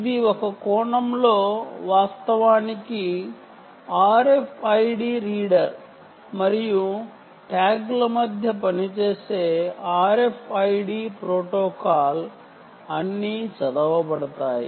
ఇది ఒక కోణంలో వాస్తవానికి RFID రీడర్ మరియు ట్యాగ్ ల మధ్య పనిచేసే RFID ప్రోటోకాల్ ట్యాగ్ లు అన్నీ చదవబడతాయి